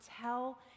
tell